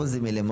אבל זה מלמעלה.